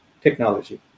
technology